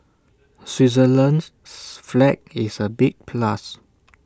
Switzerland's flag is A big plus